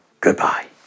Goodbye